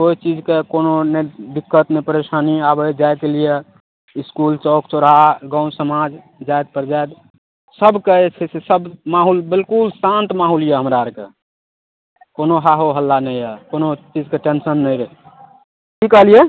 बहुत चीजके कोनो नहि दिक्क्त नहि परेशानी आबै जाएके लिए इसकुल चौक चौराहा गाम समाज जाति परजाति सबके जे छै सबसे माहौल बिलकुल शान्त माहौल यऽ हमरा आओरके कोनो हाहो हल्ला नहि यऽ कोनो चीजके टेन्शन नहि रहै कि कहलिए